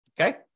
Okay